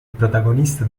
protagonista